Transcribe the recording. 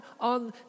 on